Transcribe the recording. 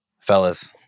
Fellas